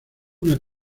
una